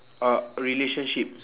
ah relationship